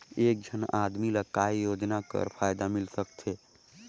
एक झन आदमी ला काय योजना कर फायदा मिल सकथे?